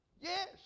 Yes